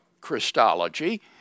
Christology